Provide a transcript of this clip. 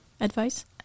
Advice